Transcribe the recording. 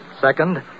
Second